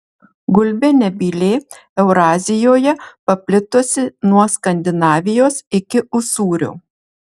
gulbė nebylė eurazijoje paplitusi nuo skandinavijos iki usūrio